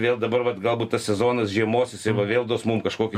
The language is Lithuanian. vėl dabar vat galbūt tas sezonas žiemos jisai va vėl duos mum kažkokį